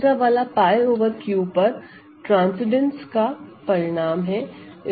तीसरा वाला 𝝅 over Q पर ट्रांसेंडेन्स का परिणाम है